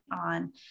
on